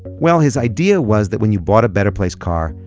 well, his idea was that when you bought a better place car,